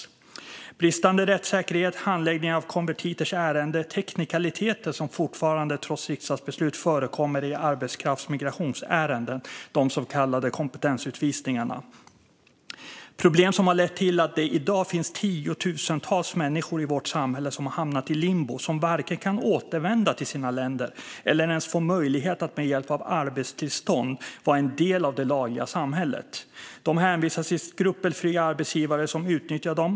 Det är bristande rättssäkerhet i handläggningen av konvertiters ärenden och teknikaliteter som fortfarande, trots riksdagsbeslut, förekommer i arbetskrafts och migrationsärenden, alltså de så kallade kompetensutvisningarna. Dessa problem har lett till att det i dag finns tiotusentals människor i vårt samhälle som har hamnat i limbo och varken kan återvända till sina länder eller få möjlighet att med hjälp av arbetstillstånd vara en del av det lagliga samhället. De hänvisas till skrupelfria arbetsgivare som utnyttjar dem.